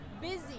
Busy